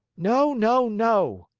no, no, no!